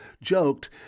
joked